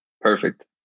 Perfect